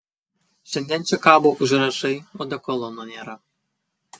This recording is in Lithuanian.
šiandien čia kabo užrašai odekolono nėra